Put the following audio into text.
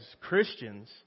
Christians